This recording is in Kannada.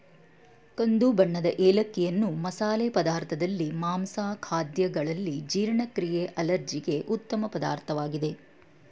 ಕಂದು ಬಣ್ಣದ ಏಲಕ್ಕಿಯನ್ನು ಮಸಾಲೆ ಪದಾರ್ಥದಲ್ಲಿ, ಮಾಂಸ ಖಾದ್ಯಗಳಲ್ಲಿ, ಜೀರ್ಣಕ್ರಿಯೆ ಅಲರ್ಜಿಗೆ ಉತ್ತಮ ಪದಾರ್ಥವಾಗಿದೆ